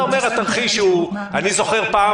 אתה אומר שהתרחיש הוא אני זוכר פעם,